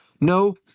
No